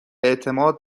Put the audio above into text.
اعتماد